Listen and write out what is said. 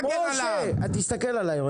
משה, תסתכל אלי.